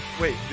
wait